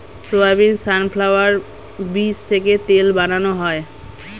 soybean, sunflower বীজ থেকে তেল বানানো হয়